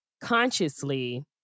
consciously